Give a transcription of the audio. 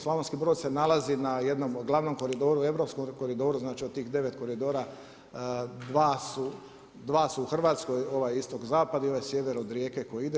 Slavonski Brod se nalazi na jednom od glavnom koridoru, europskom koridoru, znači od tih 9 koridora, 2 su u Hrvatskoj, ovaj istok-zapad i ovaj sjever od Rijeke koji ide.